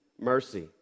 mercy